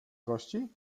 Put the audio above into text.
gości